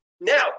Now